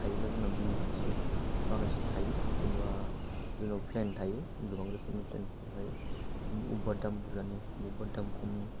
थायोब्ला जोंना भेलिडिटि माखासे थायो जेनोबा जोंनाव प्लेन थायो गोबां रोखोमनि प्लेन ओमफाय अबेबा दाम बुरजानि बबेबा दाम खमनि